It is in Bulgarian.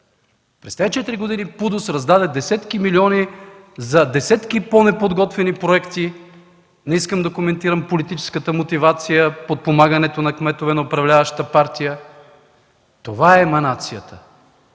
През тези четири години ПУДООС раздаде десетки милиони за десетки по-неподготвени проекти. Не искам да коментирам политическата мотивация – подпомагане на кметове на управляващата партия. Това е еманацията: